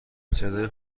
صدای